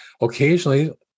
occasionally